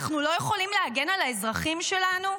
אנחנו לא יכולים להגן על האזרחים שלנו?